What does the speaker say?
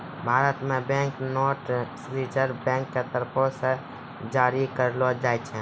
भारत मे bank note reserve bank के तरफो से जारी करलो जाय छै